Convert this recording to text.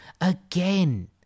Again